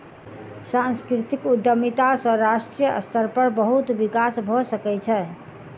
सांस्कृतिक उद्यमिता सॅ राष्ट्रीय स्तर पर बहुत विकास भ सकै छै